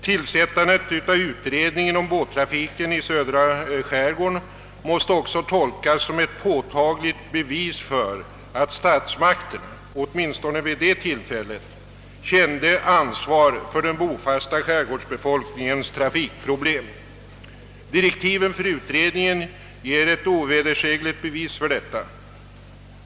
Tillsättandet av utredningen om båttrafiken i södra skärgården måste också tolkas som ett påtagligt bevis för att statsmakterna, åtminstone vid det tillfället, kände ansvar för den bofasta skärgårdsbefolkningens trafikproblem. Direktiven för utredningen ger ett ovedersägligt bevis för detta.